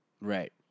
right